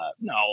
No